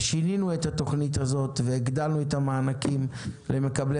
ושינינו את התוכנית הזו והגדלנו את המענקים למקבלי